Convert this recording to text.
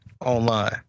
online